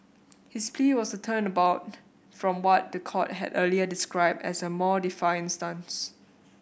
his plea was a turnabout from what the court had earlier described as a more defiant stance